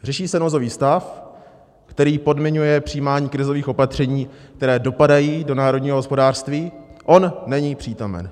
Řeší se nouzový stav, který podmiňuje přijímání krizových opatření, které dopadají do národního hospodářství, on není přítomen.